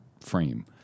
frame